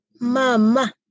Mama